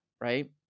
right